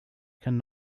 can